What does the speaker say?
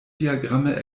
diagramme